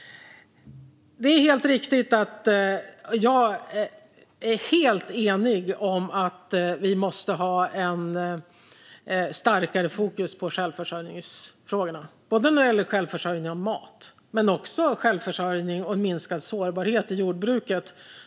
Det är helt riktigt att jag är helt enig om att vi måste ha ett starkare fokus på självförsörjningsfrågorna, både när det gäller självförsörjning med mat och självförsörjning och minskad sårbarhet i jordbruket.